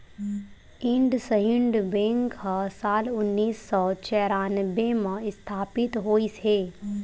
IndusInd bank ह साल उन्नीस सौ चैरानबे म इस्थापित होइस हे